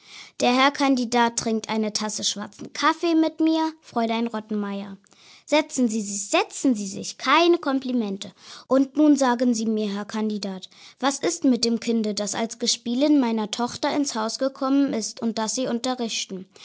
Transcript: der herr kandidat trinkt eine tasse schwarzen kaffee mit mir fräulein rottenmeier setzen sie sich setzen sie sich keine komplimente und nun sagen sie mir herr kandidat was ist mit dem kinde das als gespielin meiner tochter ins haus gekommen ist und das sie unterrichten